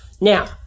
Now